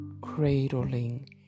cradling